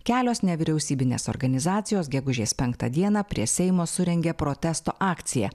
kelios nevyriausybinės organizacijos gegužės penktą dieną prie seimo surengė protesto akciją